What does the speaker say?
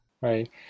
Right